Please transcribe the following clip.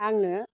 आङो